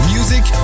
Music